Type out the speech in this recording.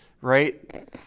right